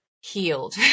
healed